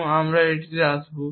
এবং আমরা আবার এটিতে আসব